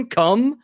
come